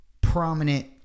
prominent